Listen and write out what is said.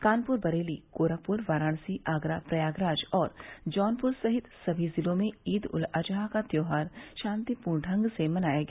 कानपुर बरेली गोरखपुर वाराणसी आगरा प्रयागराज और जौनपुर सहित सभी जिलों में ईद उल अजहा का त्यौहार शांतिपूर्ण ढंग से मनाया गया